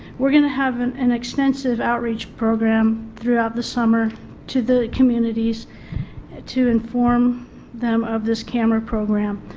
we are going to have an an extensive outreach program throughout the summer to the communities ah to inform them of the scammer program.